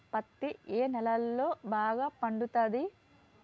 పత్తి ఏ నేలల్లో బాగా పండుతది?